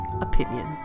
Opinion